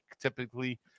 typically